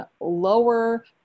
lower